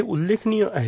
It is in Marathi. हे उल्लेखनीय आहे